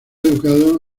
educado